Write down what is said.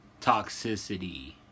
toxicity